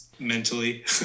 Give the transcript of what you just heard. Mentally